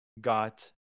got